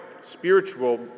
spiritual